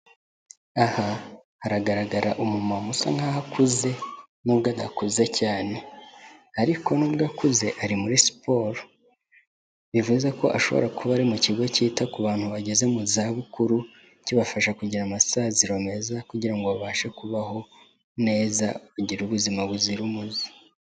Aha haragaragara umumama usa nkaho akuze nubwo adakuze cyane, ariko nubwo akuze ari muri siporo, bivuze ko ashobora kuba ari mu kigo cyita ku bantu bageze mu za bukuru, kibafasha kugira amasaziro meza, kugira ngo babashe kubaho neza, bagire ubuzima buzira umuze.